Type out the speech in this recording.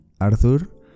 Arthur